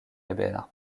ebena